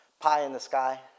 pie-in-the-sky